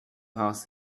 past